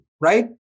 right